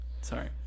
sorry